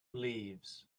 leaves